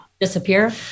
disappear